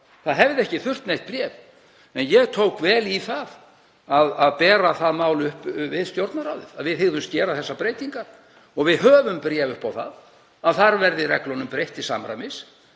Það hefði ekki þurft neitt bréf en ég tók vel í það að bera það mál upp við Stjórnarráðið, að við hygðumst gera þessar breytingar, og við höfum bréf upp á það að þar verði reglunum breytt til samræmis.